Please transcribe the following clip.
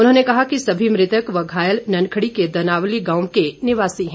उन्होंने कहा कि सभी मृतक व घायल ननखड़ी के दनावली गांव के निवासी हैं